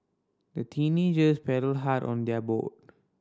the teenagers paddled hard on their boat